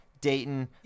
Dayton